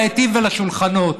לעטים ולשולחנות.